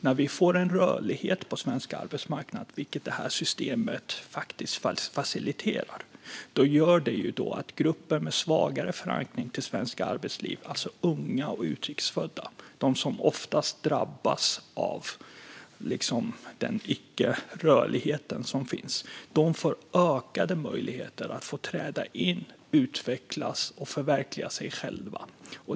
När vi får en rörlighet på svensk arbetsmarknad, vilket det här systemet faktiskt faciliterar, gör det att grupper med svagare förankring till svenskt arbetsliv - alltså unga och utrikes födda, de som oftast drabbas av den icke-rörlighet som finns - får ökade möjligheter att träda in, utvecklas och förverkliga sig själva.